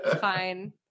Fine